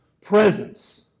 presence